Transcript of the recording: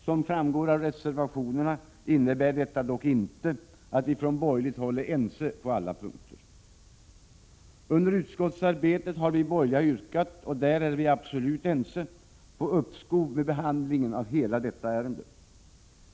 Som framgår av reservationerna, innebär detta dock inte att vi från borgerligt håll är ense på alla punkter. Under utskottsarbetet har vi borgerliga yrkat — och där är vi absolut ense — på uppskov med behandlingen av hela detta ärende.